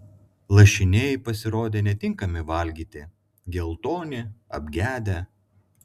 lašiniai pasirodė netinkami valgyti geltoni apgedę